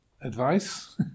advice